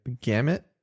gamut